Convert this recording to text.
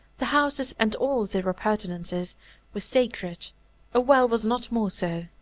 the houses and all their appurtenances were sacred a well was not more so.